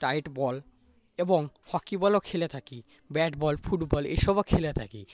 tight ball এবং hockey বলও খেলে থাকি ব্যাট বল ফুটবল এসবও খেলে থাকি